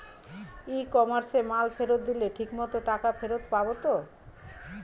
ই কমার্সে মাল ফেরত দিলে ঠিক মতো টাকা ফেরত পাব তো?